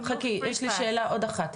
יש לי שאלה עוד אחת,